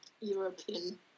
European